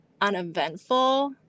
uneventful